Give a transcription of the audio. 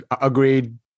Agreed